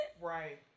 right